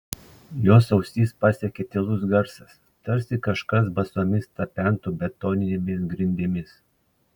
jos ausis pasiekė tylus garsas tarsi kažkas basomis tapentų betoninėmis grindimis